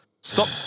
stop